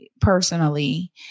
personally